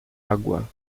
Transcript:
água